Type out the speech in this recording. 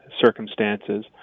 circumstances